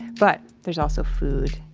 but there's also food.